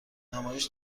نمایش